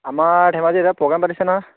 আমাৰ ধেমাজিত এটা প্ৰ'গেম পাতিছে নহয়